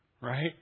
right